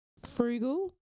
frugal